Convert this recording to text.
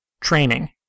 Training